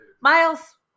miles